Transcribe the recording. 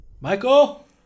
Michael